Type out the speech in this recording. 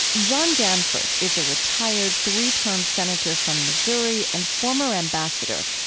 john danforth is a retired three-term senator from missouri and former ambassador,